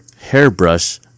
hairbrush